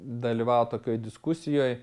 dalyvaut tokioj diskusijoj